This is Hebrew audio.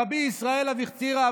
רבי ישראל אבוחצירא,